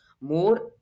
more